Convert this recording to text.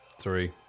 Three